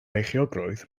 beichiogrwydd